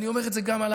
אני אומר את זה גם,